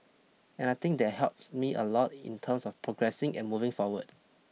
and I think that helps me a lot in terms of progressing and moving forward